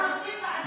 מה זאת אומרת?